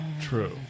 true